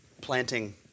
planting